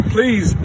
Please